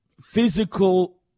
physical